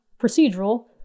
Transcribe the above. procedural